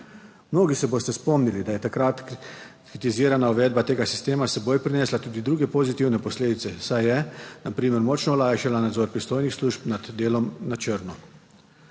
Mnogi se boste spomnili, da je takrat kritizirana uvedba tega sistema s seboj prinesla tudi druge pozitivne posledice, saj je na primer močno olajšala nadzor pristojnih služb nad delom na črno.